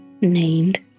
named